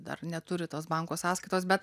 dar neturi tos banko sąskaitos bet